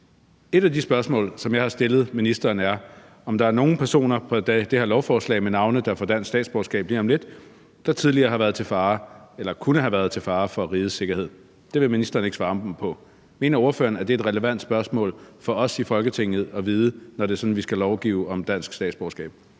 Et af de spørgsmål, som jeg har stillet ministeren, er, om der er nogle personer på det her lovforslag med navne, der lige om lidt får dansk statsborgerskab, der tidligere har været eller kunne have været til fare for rigets sikkerhed. Det vil ministeren ikke svare mig på. Mener ordføreren, at det er et relevant spørgsmål for os i Folketinget at vide, når det sådan, at vi skal lovgive om dansk statsborgerskab?